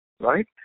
Right